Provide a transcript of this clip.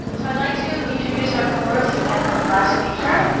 i'd like to introduce our fourth and last speaker.